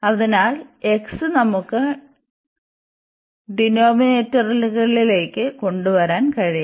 അതിനാൽ x നമുക്ക് ഡിനോമിനേറ്ററുകളിലേക്ക് കൊണ്ടുവരാൻ കഴിയും